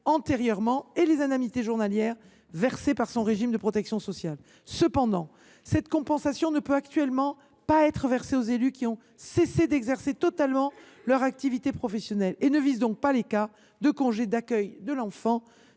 antérieurement et les indemnités journalières versées par son régime de protection sociale. Actuellement, cette compensation ne peut pas être versée aux élus qui ont cessé d’exercer totalement leur activité professionnelle et ne concerne pas les cas de congé d’accueil de l’enfant